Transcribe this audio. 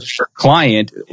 client